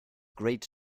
great